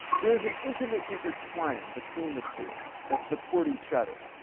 there's an intimate intertwining between the two that support each other.